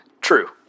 True